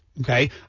okay